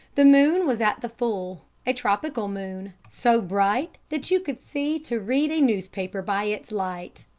the moon was at the full a tropical moon so bright that you could see to read a newspaper by its light,